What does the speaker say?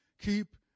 Keep